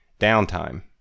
downtime